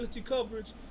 coverage